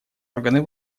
органы